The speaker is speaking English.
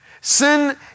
Sin